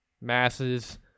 masses